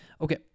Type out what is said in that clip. Okay